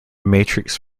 matrix